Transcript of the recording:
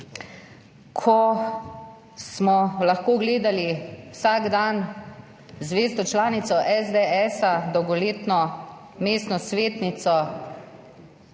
ko smo lahko gledali vsak dan zvesto članico SDS, dolgoletno mestno svetnico